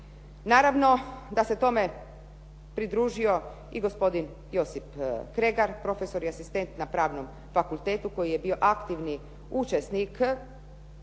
Naravno da se tome pridružio i gospodin Josip Kregar, profesor i asistent na pravnom fakultetu koji je bio aktivni učesnik okruglog